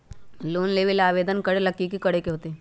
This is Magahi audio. लोन लेबे ला आवेदन करे ला कि करे के होतइ?